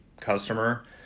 customer